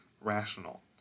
rational